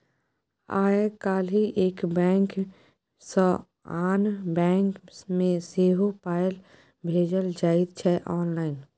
आय काल्हि एक बैंक सँ आन बैंक मे सेहो पाय भेजल जाइत छै आँनलाइन